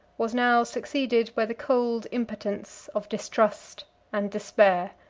was now succeeded by the cold impotence of distrust and despair.